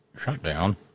shutdown